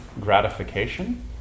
gratification